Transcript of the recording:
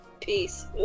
Peace